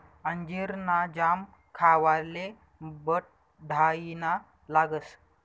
अंजीर ना जाम खावाले बढाईना लागस